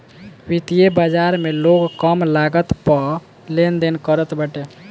वित्तीय बाजार में लोग कम लागत पअ लेनदेन करत बाटे